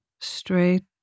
straight